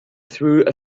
through